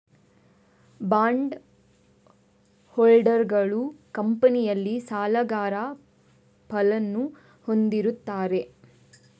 bond ಹೋಲ್ಡರುಗಳು ಕಂಪನಿಯಲ್ಲಿ ಸಾಲಗಾರ ಪಾಲನ್ನು ಹೊಂದಿರುತ್ತಾರೆ